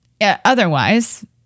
Otherwise